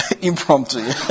Impromptu